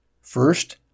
First